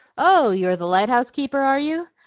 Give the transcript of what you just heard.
oh, you are the lighthouse-keeper, are you?